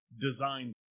design